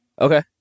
Okay